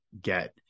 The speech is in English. get